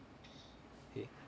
okay